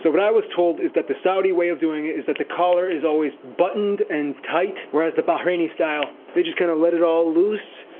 so what i was told is that the saudi way of doing it is that the collar is always buttoned and tight. whereas the bahraini style, they just kinda let it all loose.